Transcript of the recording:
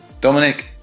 dominic